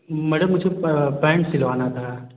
madam मुझको pant सिलवाना था